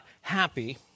happy